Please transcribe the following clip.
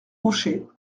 rocher